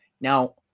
Now